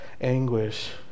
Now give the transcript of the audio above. anguish